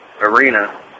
arena